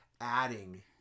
adding